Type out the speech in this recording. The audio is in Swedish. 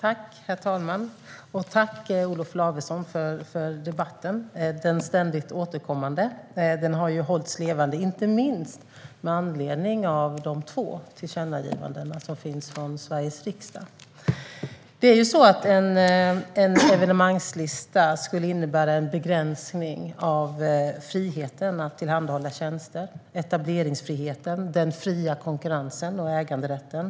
Herr talman! Tack, Olof Lavesson, för debatten, den ständigt återkommande! Den har ju hållits levande inte minst med anledning av de två tillkännagivandena som finns från Sveriges riksdag. Det är ju så att en evenemangslista skulle innebära en begränsning av friheten att tillhandahålla tjänster liksom etableringsfriheten, den fria konkurrensen och äganderätten.